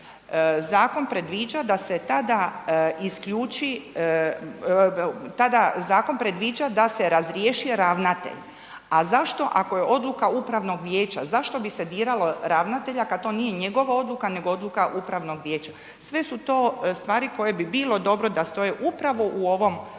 Zakon predviđa da se razriješi ravnatelj a zašto ako je odluka upravnog vijeća, zašto bi se diralo ravnatelja kad to nije njegova odluka nego odluka upravnog vijeća. Sve su to stvari koje bi bile dobre da stoje upravo u ovom krovnom